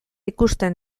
ikusten